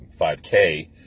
5K